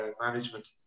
management